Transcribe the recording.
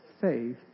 faith